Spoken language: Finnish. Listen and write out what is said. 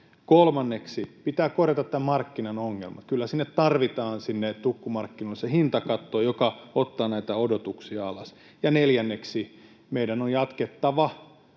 Kolmanneksi pitää korjata tämän markkinan ongelmat. Kyllä sinne tukkumarkkinoille tarvitaan se hintakatto, joka ottaa odotuksia alas. Ja neljänneksi meidän on jatkettava